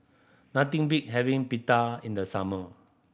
nothing beat having Pita in the summer